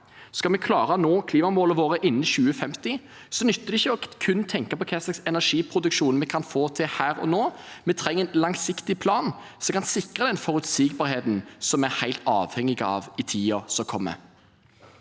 Skal vi klare å nå klimamålene våre innen 2050, nytter det ikke kun å tenke på hva slags energiproduksjon vi kan få til her og nå. Vi trenger en langsiktig plan som kan sikre den forutsigbarheten som vi er helt avhengig av i tiden som kommer.